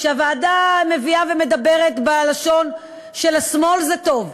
כשהוועדה מדברת בלשון של השמאל זה טוב,